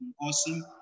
awesome